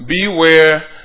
Beware